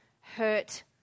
hurt